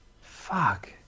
fuck